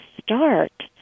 start